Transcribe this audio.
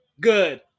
Good